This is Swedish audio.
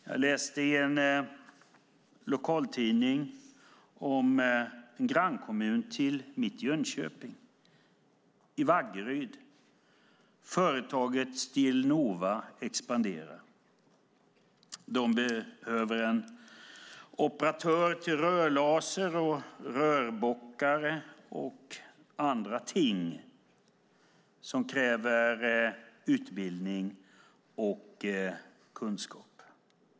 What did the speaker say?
Jag läste i en lokaltidning om en grannkommun till min hemstad Jönköping. I Vaggeryd expanderar företaget Steelnova. De behöver en operatör till rörlaser, rörbockare och annat som kräver utbildning och kunskap.